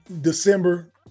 December